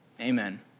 Amen